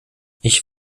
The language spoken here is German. ich